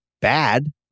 bad